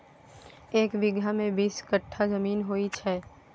एक बीगहा मे बीस कट्ठा जमीन होइ छै